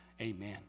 amen